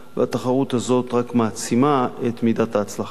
והתחרות הזאת רק מעצימה את מידת ההצלחה